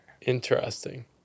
Interesting